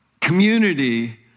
community